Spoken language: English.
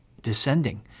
descending